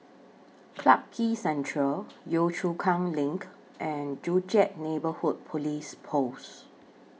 Clarke Quay Central Yio Chu Kang LINK and Joo Chiat Neighbourhood Police Post